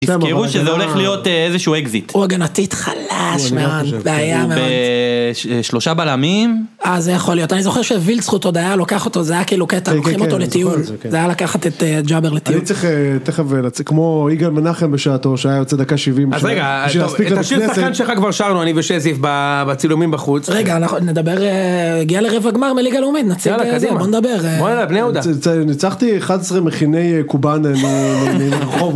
כאילו שזה הולך להיות איזה שהוא אקזיט. הוא הגנטית חלש מאוד. בעיה מאוד. שלושה בלמים. אה זה יכול להיות, אני זוכר שוויל זכות עוד היה לוקח אותו. זה היה כאילו קטע, לוקחים אותו לטיול. זה היה לקחת את ג'אבר לטיול.אני צריך תכף... זה כמו יגאל מנחם בשעתו שהיה יוצא דקה 70 ו... אז רגע. את השיר שחקן שלך כבר שרנו אני ושזיף בצילומים בחוץ. רגע אנחנו נדבר. הגיע לרבע גמר מליגה לאומית.יאללה קדימה. בוא נדבר. ניצחתי 11 מכיני קובאנה מ...